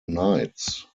knights